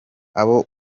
abo